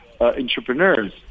entrepreneurs